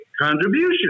contribution